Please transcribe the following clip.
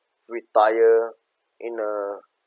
retire in a